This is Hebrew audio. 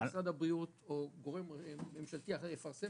או משרד הבריאות או גורם ממשלתי אחר יפרסם